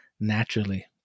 naturally